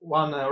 one